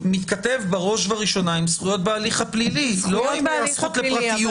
מתכתב בראש ובראשונה עם זכויות בהליך הפלילי ולא עם הזכות לפרטיות.